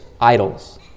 idols